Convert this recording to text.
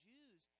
Jews